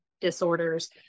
disorders